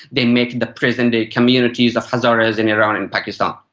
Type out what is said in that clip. they make the present-day communities of hazaras in iran and pakistan.